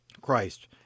Christ